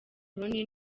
rooney